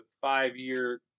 five-year